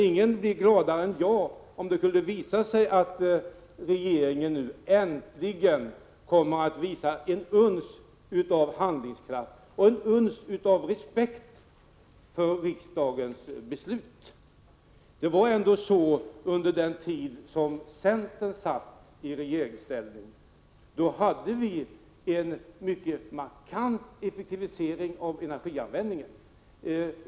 Ingen blir dock gladare än jag om det kunde visa sig att regeringen äntligen kan visa ett uns handlingskraft och ett uns respekt för riksdagens beslut. Under den tid som centern satt i regeringsställning hade vi ändå en mycket markant effektivisering av energianvändningen.